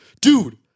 dude